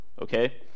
okay